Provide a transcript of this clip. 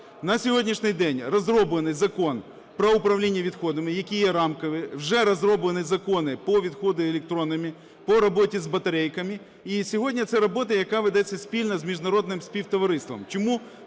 На сьогоднішній день розроблений Закон про управління відходами, який є рамковий. Вже розроблені закони по відходах електронним, по роботі з батарейками. І сьогодні це робота, яка ведеться спільно з міжнародним співтовариством.